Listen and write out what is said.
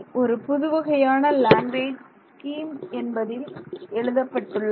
ஒரு புதுவகையான language scheme என்பதில் எழுதப்பட்டுள்ளது